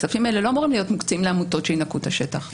הכספים האלה לא אמורים להיות מוקצים לעמותות שינקו את השטח.